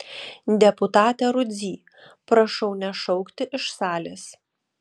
deputate rudzy prašau nešaukti iš salės